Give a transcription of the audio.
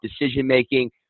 decision-making